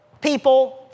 people